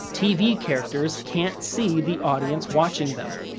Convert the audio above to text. tv characters can't see the audience watching them.